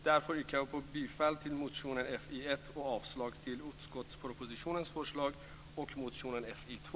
Därför yrkar jag bifall till reservation 1 samt avslag på utskottsmajoritetens förslag och reservation 2.